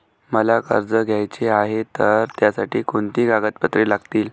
मला कर्ज घ्यायचे आहे तर त्यासाठी कोणती कागदपत्रे लागतील?